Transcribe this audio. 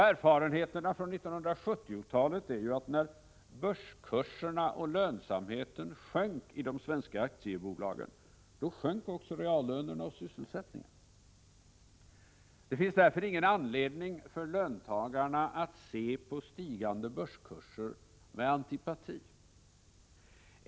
Erfarenheterna från 1970-talet är ju att när börskurserna och lönsamheten sjönk i de svenska aktiebolagen, då sjönk också reallönerna och sysselsättningen. Det finns därför ingen anledning för löntagarna att se på stigande börskurser med antipati.